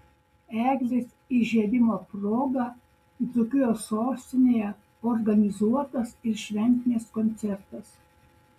eglės įžiebimo proga dzūkijos sostinėje organizuotas ir šventinis koncertas